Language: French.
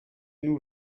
nous